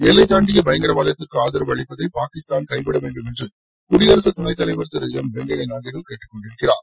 எல்லைதாண்டிய பயங்காரவாதத்திற்கு ஆதரவு அளிப்பதை பாகிஸ்தான் கைவிடவேண்டும் என்று குடியரசு துணைத்தலைவர் திரு எம் வெங்கையா நாயுடு கேட்டுக்கொண்டிருக்கிறார்